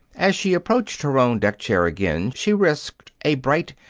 as she approached her own deck chair again she risked a bright,